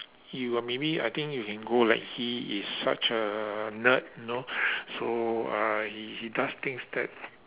you are maybe I think you can go like he is such a nerd no so uh he he does things that